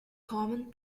common